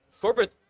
corporate